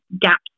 gaps